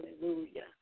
hallelujah